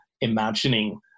imagining